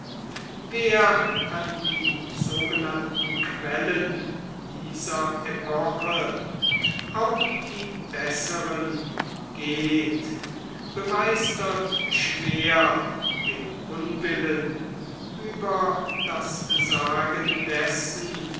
wer an die sogenannten quellen dieser epoche auch die besseren geht bemeistert schwer den unwillen über das sagen